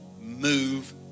move